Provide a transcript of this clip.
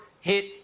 hit